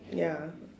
ya